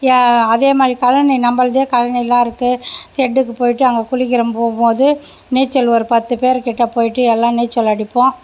ஏ அதே மாதிரி கழனி நம்மள்து கழனிலாம் இருக்குது செட்டுக்குப் போயிட்டு அங்கே குளிக்கிற போகும் போது நீச்சல் ஒரு பத்து பேருக்கிட்ட போயிட்டு எல்லாம் நீச்சல் அடிப்போம்